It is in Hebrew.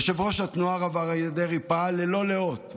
יושב-ראש התנועה הרב אריה דרעי פעל ללא לאות,